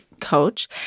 coach